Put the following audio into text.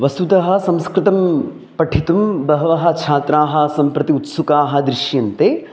वस्तुतः संस्कृतं पठितुं बहवः छात्राः सम्प्रति उत्सुकाः दृश्यन्ते